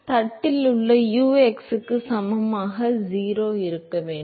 எனவே தட்டில் உள்ள u x க்கு சமமான 0 0 ஆக இருக்க வேண்டும்